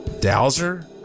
Dowser